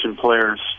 players